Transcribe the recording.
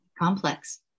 complex